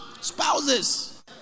Spouses